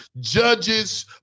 judges